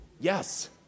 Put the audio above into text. Yes